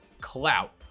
clout